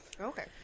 Okay